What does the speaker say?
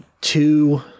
two